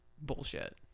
bullshit